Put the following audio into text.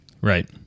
Right